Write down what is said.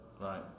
Right